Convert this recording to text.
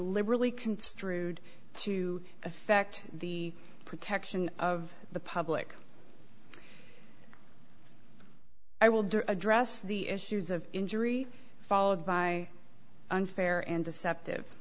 liberally construed to affect the protection of the public i will do address the issues of injury followed by unfair and deceptive